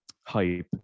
hype